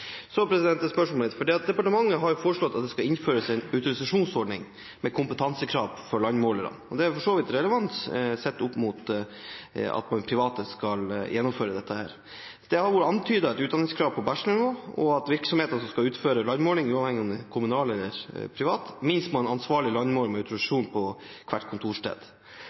Så til spørsmålet mitt: Departementet har jo foreslått at det innføres en autorisasjonsordning med kompetansekrav for landmålere. Det er for så vidt relevant sett opp mot at private skal gjennomføre dette. Det har vært antydet et utdanningskrav på bachelornivå og at virksomheter som skal utføre landmåling, uavhengig av om det er kommunale eller private, minst må ha en ansvarlig landmåler med autorisasjon på hvert kontorsted.